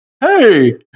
Hey